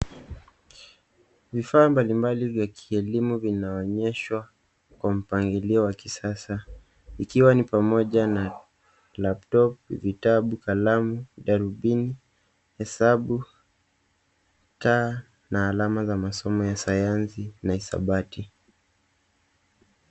Vifaa mbalimbali vya kielimu vinaonyeshwa kwa mpangilio wa kisasa ikiwa ni pamoja na laptop , vitabu, kalamu, darubini, hesabu, taa na alama za masomo ya sayansi na hesabati.